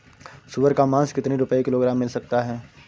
सुअर का मांस कितनी रुपय किलोग्राम मिल सकता है?